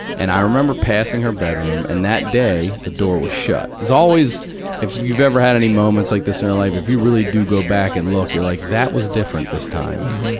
and i remember passing her bedroom and that day the door was shut. it's always if you've ever had any moments like this in your life if you really do go back and look, you're like, that was different this time.